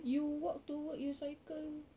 you walk to work you cycle